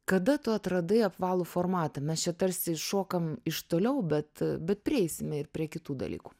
kada tu atradai apvalų formatą mes čia tarsi šokam iš toliau bet bet prieisime prie kitų dalykų